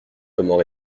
comment